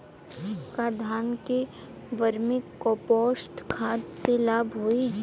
का धान में वर्मी कंपोस्ट खाद से लाभ होई?